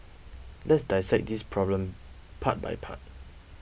let's dissect this problem part by part